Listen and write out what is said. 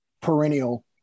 perennial